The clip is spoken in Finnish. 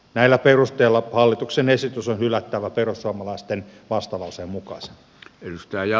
näillä perusteilla hallituksen esitys on hylättävä perussuomalaisten vastalauseen mukaisena